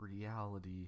reality